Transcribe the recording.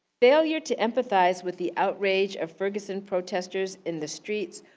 failure to empathize with the outrage of ferguson protestors in the streets,